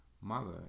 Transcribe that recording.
Mother